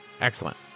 Excellent